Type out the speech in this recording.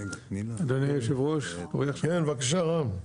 בבקשה, רם.